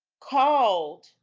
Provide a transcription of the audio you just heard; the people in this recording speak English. called